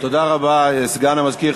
תודה רבה, סגן המזכירה.